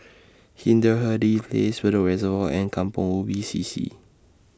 Hindhede Place Bedok Reservoir and Kampong Ubi C C